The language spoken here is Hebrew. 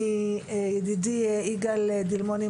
מידידי יגאל דילמוני,